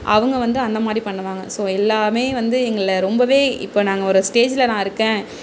அவங்க வந்து அந்த மாதிரி பண்ணுவாங்க ஸோ எல்லாம் வந்து எங்களை ரொம்ப இப்போ நாங்கள் ஒரு ஸ்டேஜில் நான் இருக்கேன்